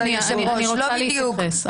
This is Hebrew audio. אז אני רוצה להתייחס.